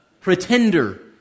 pretender